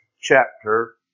chapter